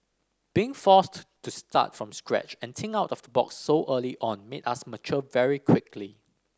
being forced to start from scratch and think out of the box so early on made us mature very quickly